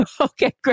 Okay